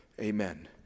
Amen